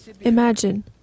imagine